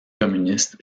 communiste